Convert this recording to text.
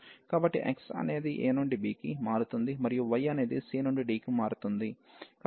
కాబట్టి x అనేది a నుండి b కి మారుతుంది మరియు y అనేది c నుండి d వరకు మారుతుంది